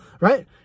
Right